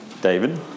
David